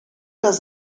است